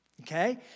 Okay